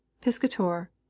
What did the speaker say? Piscator